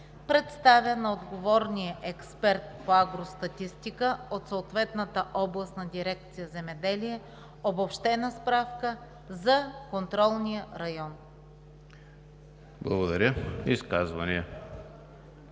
представя на отговорния експерт по агростатистика от съответната областна дирекция „Земеделие“ обобщена справка за контролния район.“